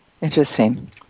Interesting